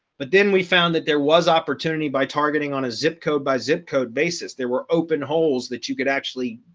but then we found that there was opportunity by targeting on a zip code by zip code basis, there were open holes that you could actually,